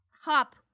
Hop